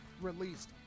released